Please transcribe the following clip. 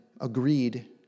agreed